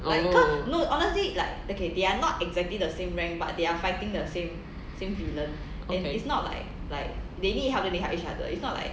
oh ok